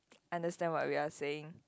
understand what we are saying